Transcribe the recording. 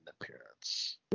appearance